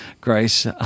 grace